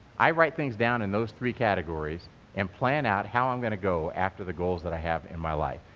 i write things down in those three categories and plan out how i'm going to go after the goals that i have in my life.